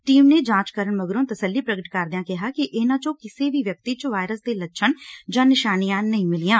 team ਨੇ ਜਾਂਚ ਕਰਨ ਮਗਰੋਂ ਤਸਲੀ ਪ੍ਰਗਟ ਕਰਦਿਆਂ ਕਿਹੈ ਕਿ ਇਨਾਂ ਚੋਂ ਕਿਸੇ ਵੀ ਵਿਅਕਤੀ ਚ ਵਾਇਰਸ ਦੇ ਲੱਛਣ ਜਾਂ ਨਿਸ਼ਾਨੀਆਂ ਨਹੀਂ ਮਿਲੀਆਂ